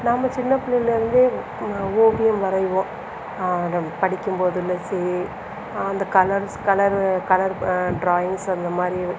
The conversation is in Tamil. நாம் சின்ன பிள்ளைலருந்தே ஓவியம் வரைவோம் தென் படிக்கும்போதும் சரி அந்த கலர்ஸ் கலர் கலர் ட்ராயிங்ஸ் அந்தமாதிரி